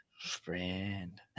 Friend